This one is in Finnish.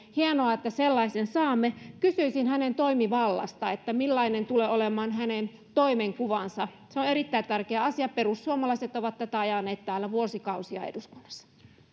hienoa että sellaisen saamme kysyisin hänen toimivallastaan millainen tulee olemaan hänen toimenkuvansa se on erittäin tärkeä asia perussuomalaiset ovat tätä ajaneet vuosikausia täällä eduskunnassa